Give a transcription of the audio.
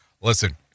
Listen